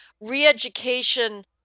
re-education